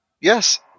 Yes